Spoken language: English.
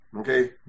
okay